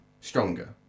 stronger